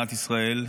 משלשום,